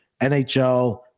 NHL